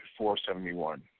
471